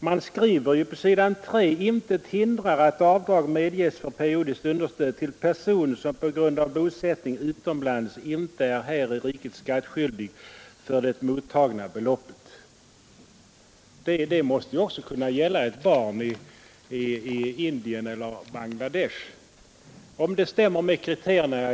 Man skriver ju på s. 3: ”Intet hindrar att avdrag medges för periodiskt understöd till person, som på grund av bosättning utomlands inte är här i riket skattskyldig för det mottagna beloppet.” Det måste ju också kunna gälla gåva till ett barn i Indien eller Bangladesh, om detta stämmer med kriterierna.